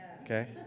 Okay